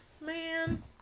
Man